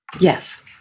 Yes